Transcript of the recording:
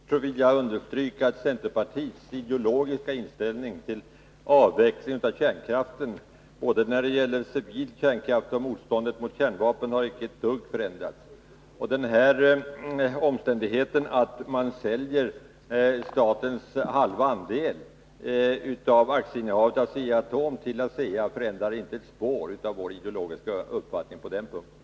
Herr talman! Jag vill mycket kort understryka att centerpartiets ideologiska inställning till avvecklingen av kärnkraften, både när det gäller civil kärnkraft och beträffande motståndet mot kärnkraften, inte har ett dugg förändrats. Den omständigheten att man säljer statens halva andel av aktierna i Asea-Atom till ASEA förändrar inte ett spår vår ideologiska uppfattning på den punkten.